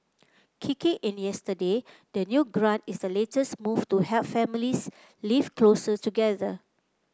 kicking in the yesterday the new grant is the latest move to help families live closer together